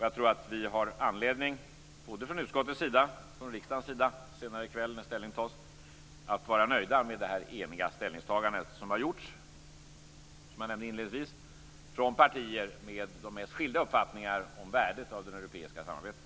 Jag tror att vi har anledning, både från utskottets sida och från riksdagens sida senare i kväll när ställning tas, att vara nöjda med detta eniga ställningstagande som har gjorts från partier med de mest skilda uppfattningar om värdet av det europeiska samarbetet.